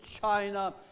China